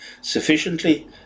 sufficiently